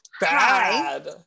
bad